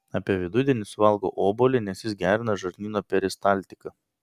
apie vidudienį suvalgau obuolį nes jis gerina žarnyno peristaltiką